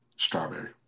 Strawberry